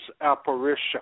apparition